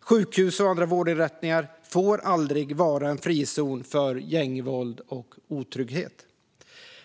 Sjukhus och andra vårdinrättningar får aldrig vara en frizon för gängvåld och otrygghet.